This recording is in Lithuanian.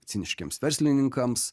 ciniškiems verslininkams